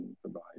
provide